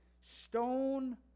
stone